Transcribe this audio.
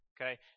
okay